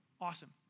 Awesome